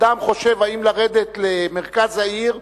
אדם חושב אלף פעמים אם לרדת למרכז העיר.